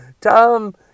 Tom